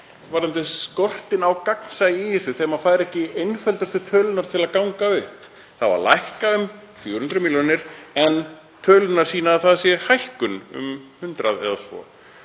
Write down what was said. alveg skortinn á gagnsæi í þessu þegar maður fær ekki einföldustu tölurnar til að ganga upp. Það á að lækka um 400 milljónir en tölurnar sýna að það sé hækkun um 100 eða svo.